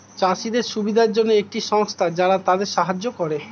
চাষীদের সুবিধার জন্যে একটি সংস্থা যারা তাদের সাহায্য করে